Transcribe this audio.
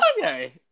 Okay